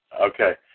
okay